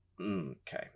Okay